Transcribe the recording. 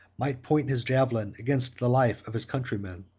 might point his javelin against the life of his countrymen.